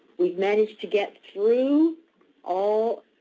we've managed to get through all